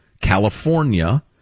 California